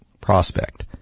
prospect